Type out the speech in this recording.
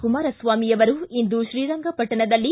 ಕುಮಾರಸ್ವಾಮಿ ಅವರು ಇಂದು ಶ್ರೀರಂಗಪಟ್ಟಣದಲ್ಲಿ